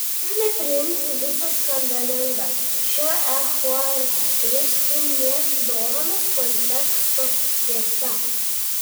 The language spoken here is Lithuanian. turime priimti visą skandalingą šio eucharistinės dovanos konteksto tiesą